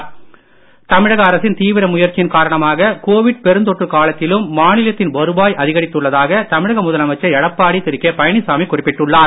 எடப்பாடி தமிழக அரசின் தீவிர முயற்சியின் காரணமாக கோவிட் பெருந்தொற்றுக் காலத்திலும் மாநிலத்தின் வருவாய் அதிகரித்துள்ளதாக தமிழக முதலமைச்சர் எடப்பாடி திரு கே பழனிசாமி குறிப்பிட்டுள்ளார்